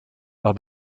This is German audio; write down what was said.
war